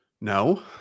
No